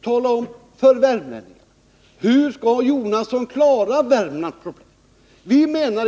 Tala om för värmlänningarna hur Bertil Jonasson skall klara Värmlands problem!